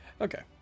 Okay